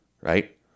right